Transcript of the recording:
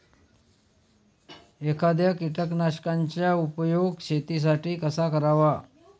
एखाद्या कीटकनाशकांचा उपयोग शेतीसाठी कसा करावा?